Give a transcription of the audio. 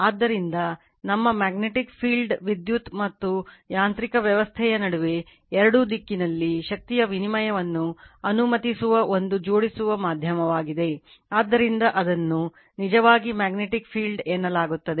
ಆದ್ದರಿಂದ ನಮ್ಮ magnetic field ವಿದ್ಯುತ್ ಮತ್ತು ಯಾಂತ್ರಿಕ ವ್ಯವಸ್ಥೆಯ ನಡುವೆ ಎರಡೂ ದಿಕ್ಕಿನಲ್ಲಿ ಶಕ್ತಿಯ ವಿನಿಮಯವನ್ನು ಅನುಮತಿಸುವ ಒಂದು ಜೋಡಿಸುವ ಮಾಧ್ಯಮವಾಗಿದೆ ಆದ್ದರಿಂದ ಅದನ್ನು ನಿಜವಾಗಿ ಮ್ಯಾಗ್ನೆಟಿಕ್ ಫೀಲ್ಡ್ ಎನ್ನಲಾಗುತ್ತದೆ